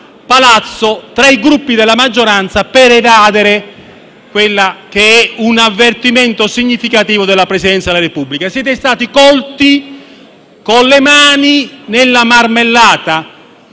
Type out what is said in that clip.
Palazzo tra i Gruppi della maggioranza, per evadere un avvertimento significativo della Presidenza della Repubblica. Siete stati colti con le mani nella marmellata.